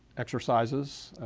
exercises,